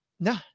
No